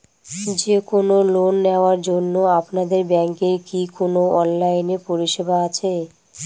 যে কোন লোন নেওয়ার জন্য আপনাদের ব্যাঙ্কের কি কোন অনলাইনে পরিষেবা আছে?